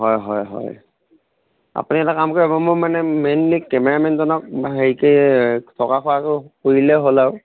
হয় হয় হয় আপুনি এটা কাম কৰিব মোৰ মানে মেইনলি কেমেৰামেন জনক হেৰিকৈ থকা খোৱাটো কৰি দিলে হ'ল আৰু